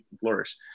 flourish